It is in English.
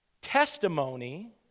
testimony